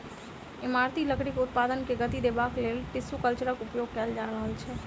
इमारती लकड़ीक उत्पादन के गति देबाक लेल टिसू कल्चरक उपयोग कएल जा रहल छै